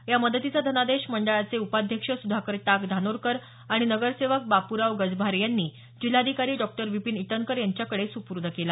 या मदतीचा धनादेश मंडळाचे उपाध्यक्ष सुधाकर टाक धानोरकर आणि नगरसेवक बापूराव गजभारे यांनी जिल्हाधिकारी डॉ विपिन ईटनकर यांच्याकडे काल सुपुर्द केला